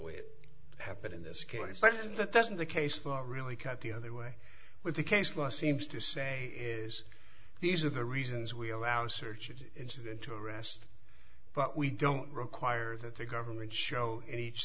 way it happened in this case but that doesn't the case law really cut the other way when the case law seems to say is these are the reasons we allow search incident to arrest but we don't require that the government show in each